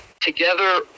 together